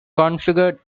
configured